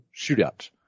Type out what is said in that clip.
shootout